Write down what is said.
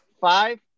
Five